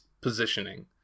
positioning